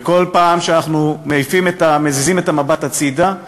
וכל פעם שאנחנו מזיזים את המבט הצדה,